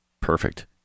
Perfect